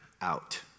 out